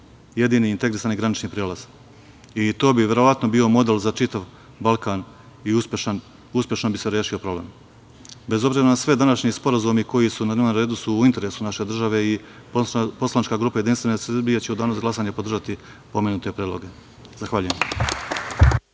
jedini integrisani granični prelaz. I to bi verovatno model za čitav Balkan i uspešno bi se rešio problem. Bez obzira na sve, današnji sporazumi koji su na dnevnom redu su u interesu naše države i poslanička grupa JS će u danu za glasanje podržati pomenute predloge. Hvala.